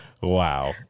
Wow